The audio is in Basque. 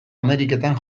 ameriketan